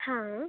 हा